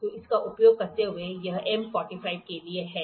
तो इसका उपयोग करते हुए यह M 45 के लिए है